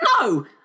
No